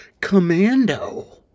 commando